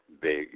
big